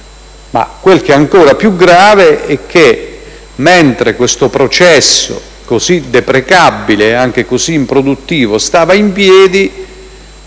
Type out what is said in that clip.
ma quel che è ancora più grave è che, mentre questo processo così deprecabile e anche così improduttivo stava in piedi,